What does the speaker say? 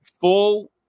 full